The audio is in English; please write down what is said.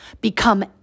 become